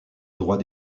droit